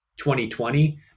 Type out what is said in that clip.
2020